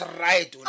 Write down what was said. right